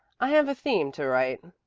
i have a theme to write.